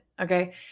Okay